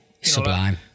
Sublime